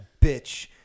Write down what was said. bitch